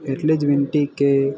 એટલી જ વિનંતી કે